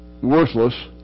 worthless